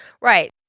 Right